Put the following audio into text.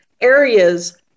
areas